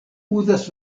uzas